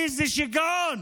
איזה שיגעון